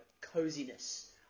coziness